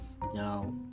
Now